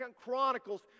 Chronicles